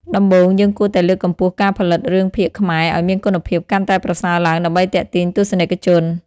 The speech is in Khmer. ដំបូង យើងគួរតែលើកកម្ពស់ការផលិតរឿងភាគខ្មែរឲ្យមានគុណភាពកាន់តែប្រសើរឡើងដើម្បីទាក់ទាញទស្សនិកជន។